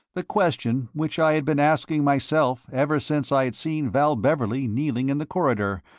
the question which i had been asking myself ever since i had seen val beverley kneeling in the corridor,